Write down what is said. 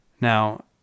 Now